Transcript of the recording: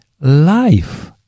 life